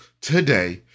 today